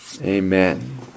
Amen